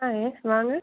ஆ yes வாங்க